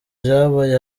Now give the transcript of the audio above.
vyabaye